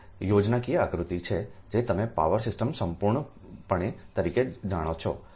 આ એક યોજનાકીય આકૃતિ છે જે તમે પાવર સિસ્ટમ સંપૂર્ણ પણે તરીકે જાણો છો